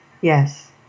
yes